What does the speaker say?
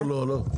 לא, לא.